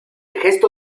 gesto